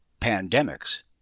Pandemics